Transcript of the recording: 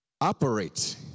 operate